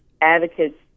advocates